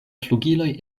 flugiloj